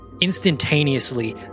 instantaneously